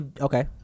Okay